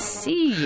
see